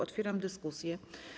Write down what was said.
Otwieram dyskusję.